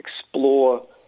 explore